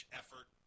effort